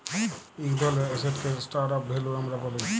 ইক ধরলের এসেটকে স্টর অফ ভ্যালু আমরা ব্যলি